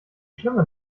schlimme